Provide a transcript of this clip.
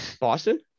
boston